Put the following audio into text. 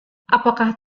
apakah